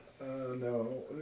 No